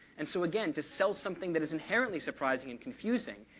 and so again, to sell something that is inherently surprising and confusing,